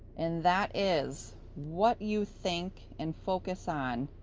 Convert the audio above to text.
and that is what you think and focus on,